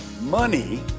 money